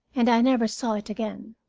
and i never saw it again.